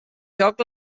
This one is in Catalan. joc